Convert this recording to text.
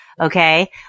Okay